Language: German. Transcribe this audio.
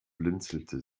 blinzelte